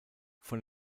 von